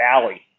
Valley